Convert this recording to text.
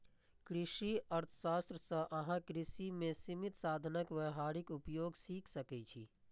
कृषि अर्थशास्त्र सं अहां कृषि मे सीमित साधनक व्यावहारिक उपयोग सीख सकै छी